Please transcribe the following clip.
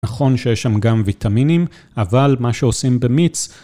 נכון שיש שם גם ויטמינים, אבל מה שעושים במיץ...